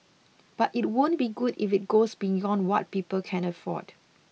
but it won't be good if it goes beyond what people can afford